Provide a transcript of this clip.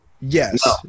Yes